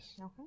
Okay